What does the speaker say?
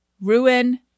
Ruin